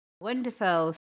Wonderful